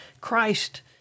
Christ